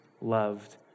loved